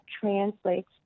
translates